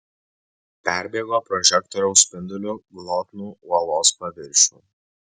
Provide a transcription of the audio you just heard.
perbėgo prožektoriaus spinduliu glotnų uolos paviršių